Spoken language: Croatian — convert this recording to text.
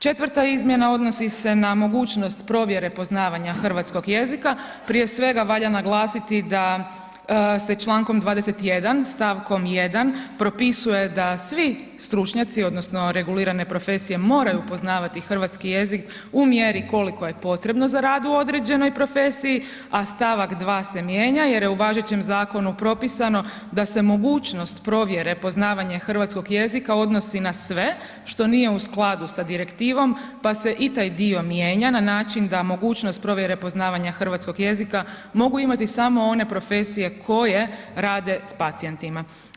Četvrta izmjena odnosi se na mogućnost provjere poznavanja hrvatskog jezika, prije svega valja naglasiti da se čl. 21. st. 1. propisuje da svi stručnjaci odnosno regulirane profesije moraju poznavati hrvatski jezik u mjeri koliko je potrebno za rad u određenoj profesiji, a st. 2. se mijenja jer je u važećem zakonu propisano da se mogućnost provjere poznavanja hrvatskog jezika odnosi na sve, što nije u skladu sa direktivom, pa se i taj dio mijenja na način da mogućnost provjere poznavanja hrvatskog jezika mogu imati samo one profesije koje rade s pacijentima.